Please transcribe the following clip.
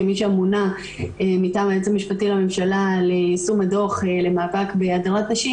כמי שאמונה מטעם היועץ המשפטי לממשלה על יישום הדוח למאבק בהדרת נשים,